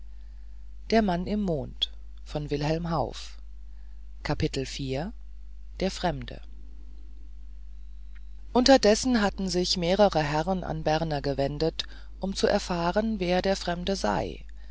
der fremde unterdessen hatten sich mehrere herren an berner gewendet um zu erfahren wer der fremde sei